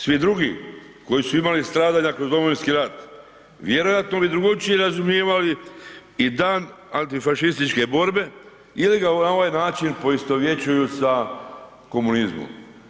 Svi drugi koji su imali stradanja kroz Domovinski rat vjerojatno bi drugačije razumijevali i Dan antifašističke borbe ili ga na ovaj način poistovjećuju sa komunizmom.